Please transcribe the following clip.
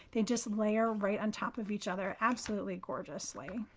they just layer right on top of each other absolutely gorgeously.